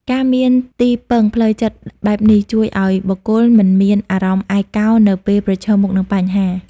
ការមានទីពឹងផ្លូវចិត្តបែបនេះ ជួយឱ្យបុគ្គលមិនមានអារម្មណ៍ឯកោនៅពេលប្រឈមមុខនឹងបញ្ហា។